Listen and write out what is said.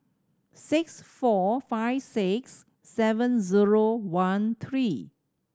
six four five six seven zero one three